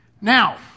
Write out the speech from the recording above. Now